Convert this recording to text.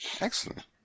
Excellent